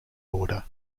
order